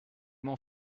m’en